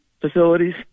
facilities